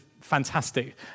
fantastic